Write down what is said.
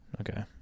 Okay